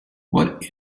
what